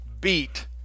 beat